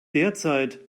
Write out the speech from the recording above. derzeit